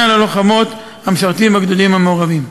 על הלוחמות המשרתים בגדודים מעורבים.